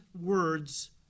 words